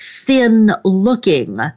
thin-looking